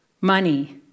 money